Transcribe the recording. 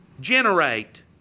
generate